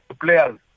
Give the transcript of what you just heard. players